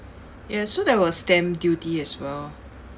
yes so there was stamp duty as well